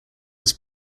his